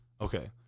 Okay